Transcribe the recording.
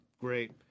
great